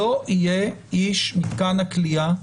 לא יהיה איש מתקן הכליאה.